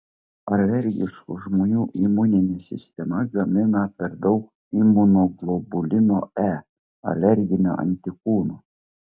alergiškų žmonių imuninė sistema gamina per daug imunoglobulino e alerginio antikūno